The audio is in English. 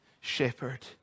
shepherd